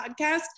podcast